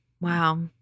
Wow